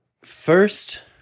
First